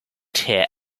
tear